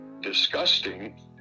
disgusting